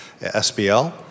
SBL